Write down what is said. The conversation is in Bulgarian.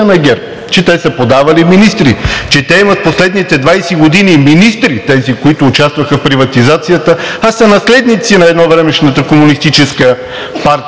че те са подавали министри, че те имат последните 20 години министри, тези, които участваха в приватизацията, а са наследници на едновремешната комунистическа партия.